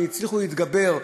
שהצליחו להתגבר,